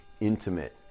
intimate